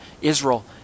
Israel